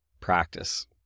Practice